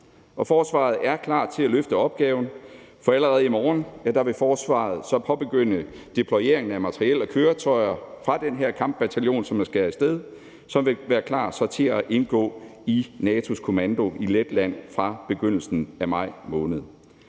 Og forsvaret er klar til at løfte opgaven, for allerede i morgen vil forsvaret påbegynde deployering af materiel og køretøjer fra den her kampbataljon, som jo skal afsted, og som vil være klar til at indgå i NATO's kommando i Letland fra begyndelsen af maj måned.